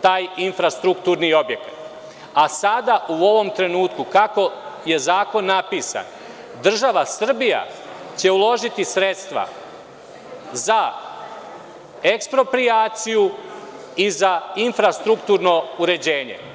taj infrastrukturni objekat, a sada u ovom trenutku, kako je zakon napisan, država Srbija će uložiti sredstva za eksproprijaciju i za infrastrukturno uređenje.